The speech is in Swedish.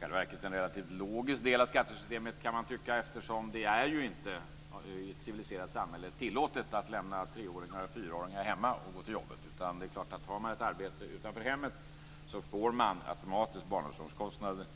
Det är i själva verket en relativt logisk del av skattesystemet, eftersom det i ett civiliserat samhälle inte är tillåtet att lämna treåringar och fyraåringar hemma och gå till jobbet. Har man ett arbete utanför hemmet får man automatiskt barnomsorgskostnader,